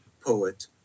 poet